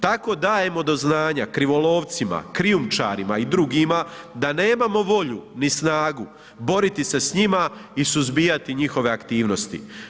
Tako dajemo do znanja krivolovcima, krijumčarima i drugima da nemamo volju ni snagu boriti se s njima i suzbijati njihove aktivnosti.